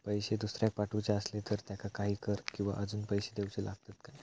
पैशे दुसऱ्याक पाठवूचे आसले तर त्याका काही कर किवा अजून पैशे देऊचे लागतत काय?